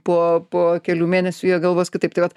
po po kelių mėnesių jie galvos kitaip tai vat